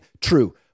True